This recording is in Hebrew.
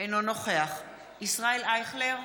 ישראל אייכלר,